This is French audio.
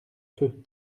feu